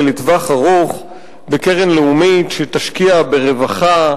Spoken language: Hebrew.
לטווח ארוך בקרן לאומית שתשקיע ברווחה,